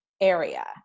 area